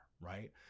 right